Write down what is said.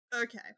Okay